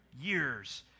years